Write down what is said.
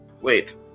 Wait